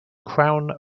crown